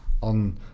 on